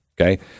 Okay